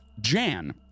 Jan